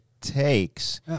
takes